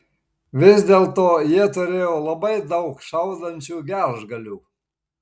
vis dėlto jie turėjo labai daug šaudančių gelžgalių